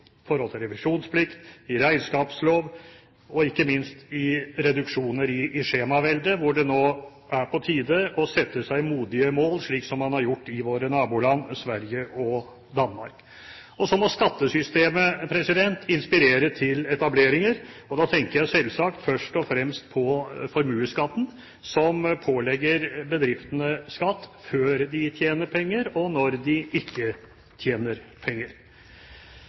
forhold til revisjonsplikt, i regnskapslov, og ikke minst reduksjoner i skjemaveldet, hvor det nå er på tide å sette seg modige mål, slik som man har gjort i våre naboland Sverige og Danmark. Og så må skattesystemet inspirere til etableringer, og da tenker jeg selvsagt først og fremst på formuesskatten, som pålegger bedriftene skatt før de tjener penger, og når de ikke tjener penger.